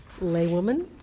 laywoman